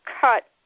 cut